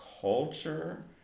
culture